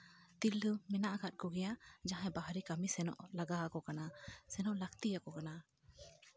ᱛᱤᱨᱞᱟᱹ ᱢᱮᱱᱟᱜ ᱟᱠᱟᱫ ᱠᱚ ᱜᱮᱭᱟ ᱡᱟᱦᱟᱸᱭ ᱵᱟᱦᱨᱮ ᱠᱟᱹᱢᱤ ᱥᱮᱱᱚᱜ ᱞᱟᱜᱟᱣ ᱟᱠᱚ ᱠᱟᱱᱟ ᱥᱮᱱᱚᱜ ᱞᱟᱹᱠᱛᱤ ᱟᱠᱚ ᱠᱟᱱᱟ